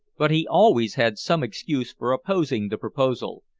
but he always had some excuse for opposing the proposal,